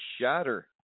shatter